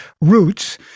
roots